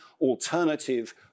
alternative